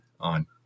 on